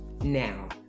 Now